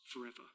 forever